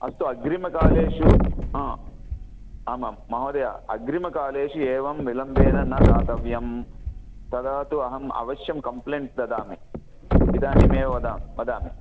अस्तु अग्रिमकालेषु आमां महोदय अग्रिमकालेषु एवं विलम्बेन न दातव्यं तदा तु अहम् अवश्यं कम्प्लेण्ट् ददामि इदानीमेव वद वदामि